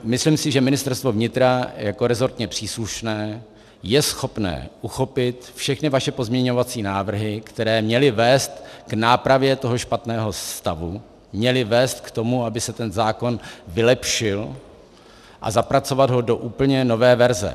Myslím si, že Ministerstvo vnitra jako resortně příslušné je schopné uchopit všechny vaše pozměňovací návrhy, které měly vést k nápravě toho špatného stavu, měly vést k tomu, aby se ten zákon vylepšil, a zapracovat ho do úplně nové verze.